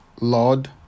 Lord